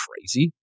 crazy